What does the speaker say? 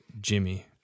jimmy